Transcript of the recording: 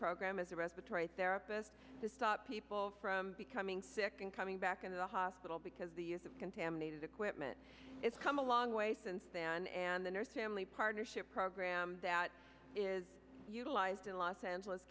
program as a respiratory therapist to stop people from becoming sick and coming back into the hospital because the use of contaminated equipment is come a long way since pan and the nurse family partnership program that is utilized in los angeles